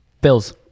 Bills